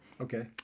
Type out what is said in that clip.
Okay